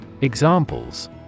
Examples